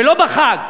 ולא בחג.